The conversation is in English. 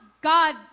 God